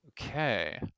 Okay